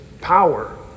power